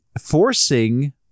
forcing